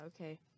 okay